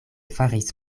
faris